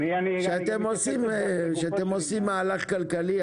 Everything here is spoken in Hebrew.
כשאתם עושים מהלך כלכלי,